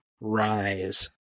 rise